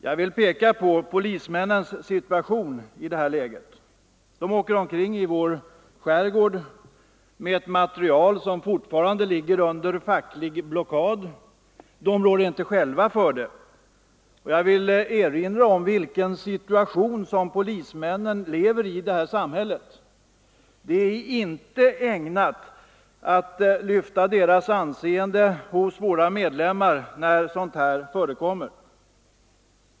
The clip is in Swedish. Jag vill peka på polismännens roll i det här läget. De åker omkring i vår skärgård med materiel som fortfarande ligger under facklig blockad, men de rår inte själva för det. Det finns också skäl att erinra om vilken situation polismännen lever i här i samhället. Det är inte ägnat att lyfta deras anseende hos våra medlem mar när sådant här förekommer.